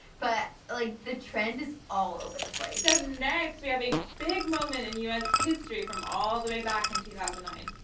but like the trend is all over the place. so next, we have a big moment in us history from all the way back in two thousand and nine.